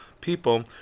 people